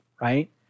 Right